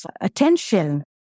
attention